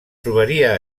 trobaria